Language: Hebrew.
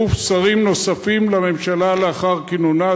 או בקשר לצירוף שרים נוספים לממשלה לאחר כינונה",